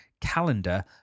calendar